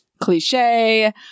cliche